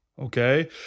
Okay